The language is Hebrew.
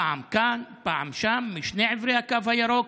פעם כאן, פעם שם, משני עברי הקו הירוק.